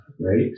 right